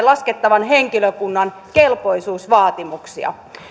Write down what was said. laskettavan henkilökunnan kelpoisuusvaatimuksia